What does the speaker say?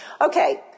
Okay